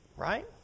Right